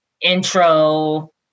intro